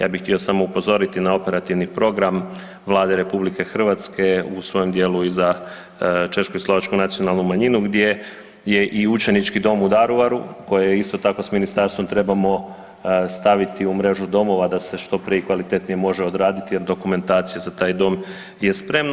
Ja bih htio samo upozoriti na operativni program Vlade RH u svojem dijelu i za češku i slovačku nacionalnu manjinu gdje je i učenički dom u Daruvaru koje je isto tako, s ministarstvom trebamo staviti u mrežu domova da se što prije i kvalitetnije može odraditi jer dokumentacije za taj dom je spremno.